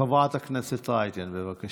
חברת הכנסת רייטן, בבקשה.